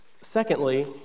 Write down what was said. Secondly